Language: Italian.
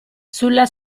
sulla